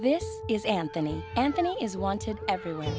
this is anthony anthony is wanted every